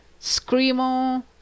screamo